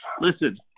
Listen